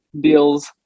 deals